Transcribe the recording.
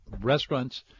restaurants